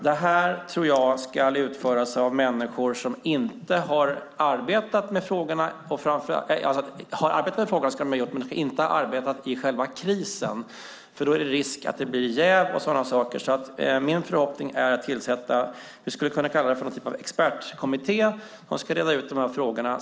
Jag tror att det ska utföras av människor som inte har arbetat i krisen eftersom det då finns risk för jäv. Min förhoppning är att man tillsätter något som vi skulle kunna kalla en expertkommitté som ska reda ut frågorna.